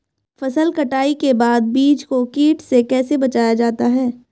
फसल कटाई के बाद बीज को कीट से कैसे बचाया जाता है?